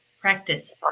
practice